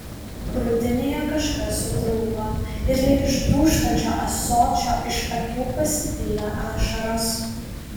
krūtinėje kažkas sutrūko ir lyg iš dūžtančio ąsočio iš akių pasipylė ašaros